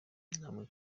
namwe